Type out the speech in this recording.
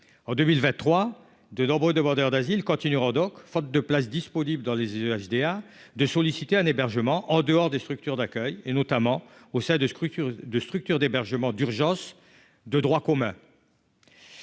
en 2023, de nombreux demandeurs d'asile continueront donc, faute de places disponibles dans les JDA de solliciter un hébergement en dehors des structures d'accueil et notamment au sein de structures de structures d'hébergement d'urgence de droit commun.